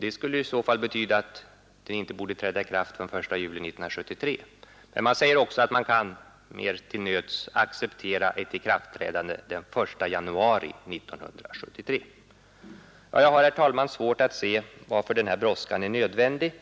Det skulle i så fall betyda att lagen inte kan träda i kraft förrän den 1 juli 1973, men man säger också att man till nöds kan acceptera ett ikraftträdande den 1 januari 1973. Jag har, herr talman, svårt att se varför denna brådska är nödvändig,